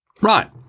Right